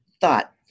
thought